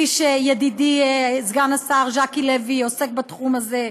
וידידי סגן השר ז'קי לוי עוסק בתחום הזה,